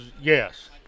yes